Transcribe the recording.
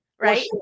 right